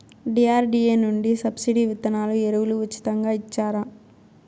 DRDA నుండి subsidy విత్తనాలు ఎరువులు ఉచితంగా ఇచ్చారా?